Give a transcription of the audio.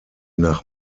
nach